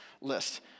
list